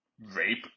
rape